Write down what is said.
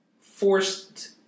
forced